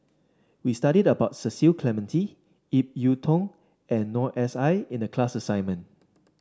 we studied about Cecil Clementi Ip Yiu Tung and Noor S I in the class assignment